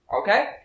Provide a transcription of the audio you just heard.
Okay